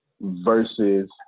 versus